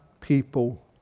people